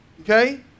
Okay